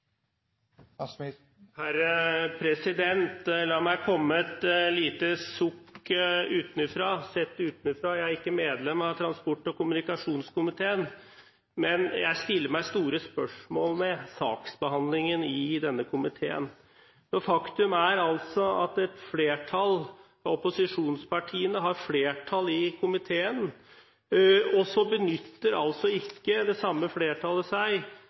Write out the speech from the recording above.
La meg komme med et lite sukk sett utenfra. Jeg er ikke medlem av transport- og kommunikasjonskomiteen, men jeg stiller meg store spørsmål ved saksbehandlingen i denne komiteen. Faktum er at opposisjonspartiene har flertall i komiteen, og så benytter altså ikke det samme flertallet seg